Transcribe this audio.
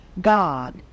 God